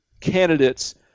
candidates